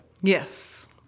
Yes